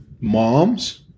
moms